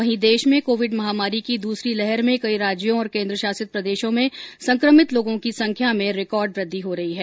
वहीं देश में कोविड महामारी की दूसरी लहर में कई राज्यों और केंद्रशासित प्रदेश में संक्रमित लोगों की संख्या में रिकॉर्ड वृद्धि हो रही है